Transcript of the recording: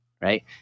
right